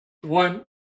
one